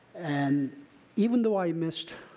and even though i missed